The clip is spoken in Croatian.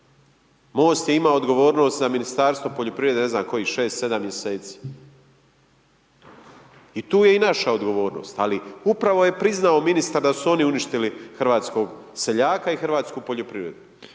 MOST je imao odgovornost za Ministarstvo poljoprivrede ne znam kojim 6, 7 mjeseci i tu je i naša odgovornost, ali upravo je priznao ministar da su oni uništili hrvatskog seljaka i hrvatsku poljoprivredu.